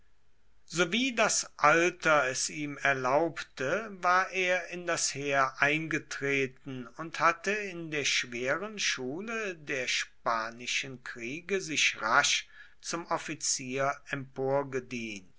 sowie das alter es ihm erlaubte war er in das heer eingetreten und hatte in der schweren schule der spanischen kriege sich rasch zum offizier